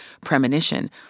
premonition